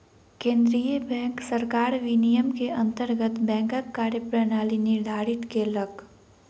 केंद्रीय बैंक सरकार विनियम के अंतर्गत बैंकक कार्य प्रणाली निर्धारित केलक